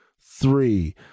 three